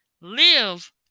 Live